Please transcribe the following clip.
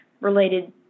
related